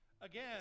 Again